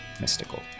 mystical